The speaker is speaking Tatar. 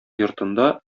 йортында